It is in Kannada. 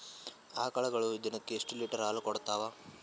ಆಕಳುಗೊಳು ದಿನಕ್ಕ ಎಷ್ಟ ಲೀಟರ್ ಹಾಲ ಕುಡತಾವ?